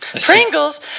Pringles